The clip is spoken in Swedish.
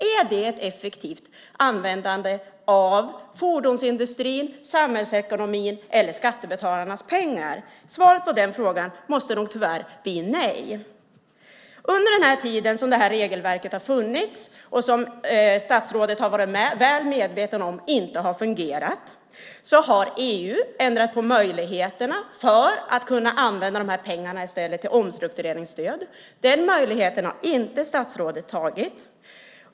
Är det ett effektivt användande av fordonsindustrin, samhällsekonomin och skattebetalarnas pengar? Svaret på den frågan måste nog tyvärr bli nej. Under den tid som det här regelverket har funnits, och som statsrådet har varit väl medveten om att det inte har fungerat, har EU ändrat på möjligheterna så att man i stället ska kunna använda de här pengarna till omstruktureringsstöd. Den möjligheten har statsrådet inte tagit.